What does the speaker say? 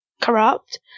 corrupt